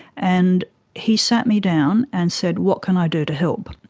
and he sat me down and said, what can i do to help?